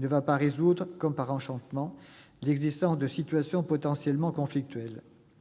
ne remédiera pas, comme par enchantement, à l'existence de situations potentiellement conflictuelles.